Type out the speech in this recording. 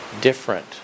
different